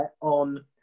on